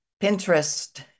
Pinterest